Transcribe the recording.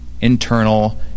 internal